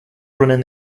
running